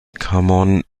common